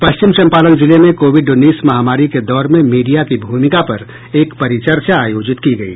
पश्चिम चंपारण जिले में कोविड उन्नीस महामारी के दौर में मीडिया की भूमिका पर एक परिचर्चा आयोजित की गयी